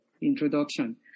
introduction